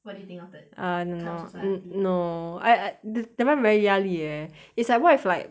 what do you think of that err no kind of society mm no I I th~ that [one] very 压力 leh it's like what if like